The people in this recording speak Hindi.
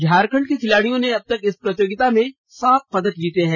झारखंड के खिलाड़ियों ने अब तक इस प्रतियोगिता में सात पदक जीते हैं